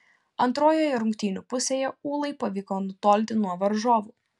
antrojoje rungtynių pusėje ūlai pavyko nutolti nuo varžovų